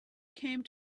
came